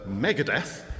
Megadeth